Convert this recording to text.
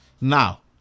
Now